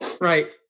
Right